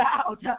out